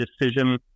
decision